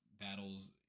battles